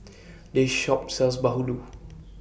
This Shop sells Bahulu